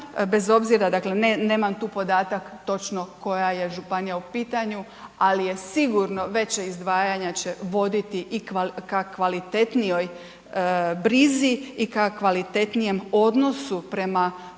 bez obzira, dakle nemam tu podatak koja je županija u pitanju, ali je sigurno veća izdvajanja će voditi i ka kvalitetnijoj brizi i ka kvalitetnijem odnosu prema